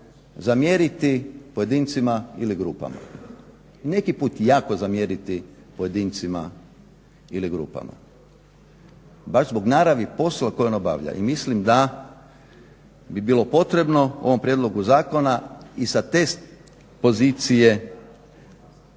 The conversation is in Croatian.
zamjeriti pojedincima ili grupama. Neki put jako zamjeriti pojedincima i grupama baš zbog naravi posla koje on obavlja. I mislim da bi bilo potrebno u ovom prijedlogu zakona i sa te pozicije